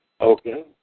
Okay